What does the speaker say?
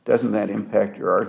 doesn't that impact your